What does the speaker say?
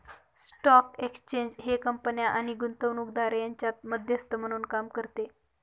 stock exchange हे कंपन्या आणि गुंतवणूकदार यांच्यात मध्यस्थ म्हणून काम करते